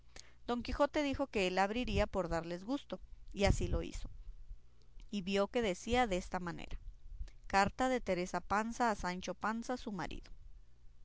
don quijote dijo que él la abriría por darles gusto y así lo hizo y vio que decía desta manera carta de teresa panza a sancho panza su marido